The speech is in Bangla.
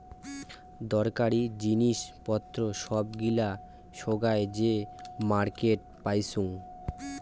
দরকারী জিনিস পত্র সব গিলা সোগায় যে মার্কেটে পাইচুঙ